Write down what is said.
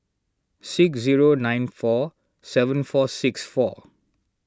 six zero nine four seven four six four